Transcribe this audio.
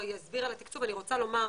קנדל יסביר על התקצוב אני רוצה לומר,